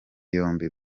yombi